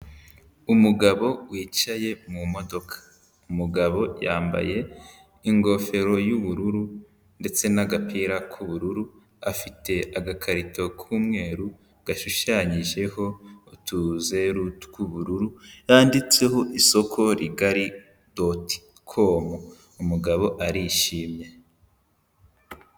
Umugabo wicaye mu modoka, umugabo yambaye ingofero y'ubururu ndetse n'agapira k'ubururu, afite agakarito k'umweru gashushanyijeho utuzeru tw'ubururu, handitseho isoko rigari doti komo umugabo arishimye.